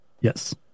Yes